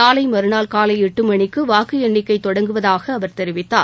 நாளை மறுநாள் காலை எட்டு மணிக்கு வாக்கு எண்ணிக்கை தொடங்குவதாக அவர் தெரிவித்தார்